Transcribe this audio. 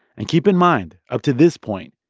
and keep in mind, up to this point,